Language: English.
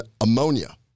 ammonia